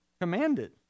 commanded